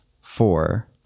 four